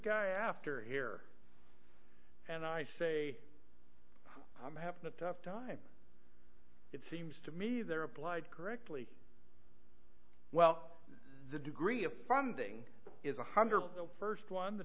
guy after here and i say i'm having a tough time it seems to me they're applied correctly well the degree of funding is one hundred the st one the